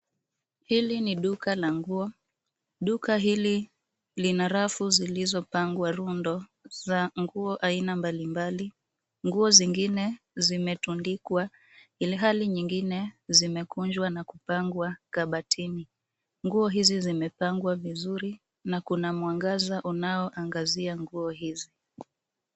Hili ni duka la nguo. Duka hili lina rafu zilizopangwa rundo za nguo aina mbalimbali. Nguo zingine zimetundikwa ilhali nyingine zimekunjwa na kupangwa kabatini. Nguo hizi zimepangwa vizuri na kuna mwangaza unaoangazia nguo hizi.